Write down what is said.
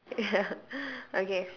ya okay